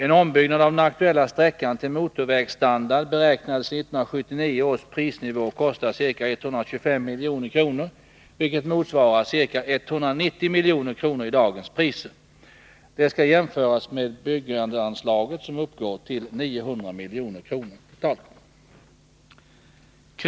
En ombyggnad av den aktuella sträckan till motorvägsstandard beräknades i 1979 års prisnivå kosta ca 125 milj.kr., vilket motsvarar ca 190 milj.kr. i dagens priser. Det skall jämföras med byggandeanslaget, som totalt uppgår till 900 milj.kr.